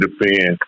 defend